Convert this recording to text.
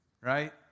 right